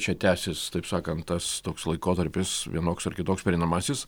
čia tęsis taip sakant tas toks laikotarpis vienoks ar kitoks pereinamasis